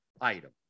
item